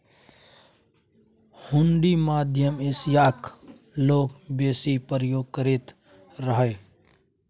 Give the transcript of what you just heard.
हुंडी मध्य एशियाक लोक बेसी प्रयोग करैत रहय